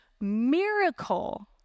miracle